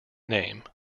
name